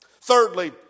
Thirdly